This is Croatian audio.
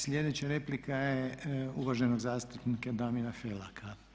Sljedeća replika je uvaženog zastupnika Damira Felaka.